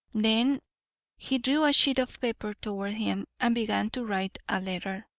then he drew a sheet of paper toward him, and began to write a letter.